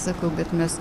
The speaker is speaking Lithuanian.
sakau bet mes